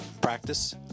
practice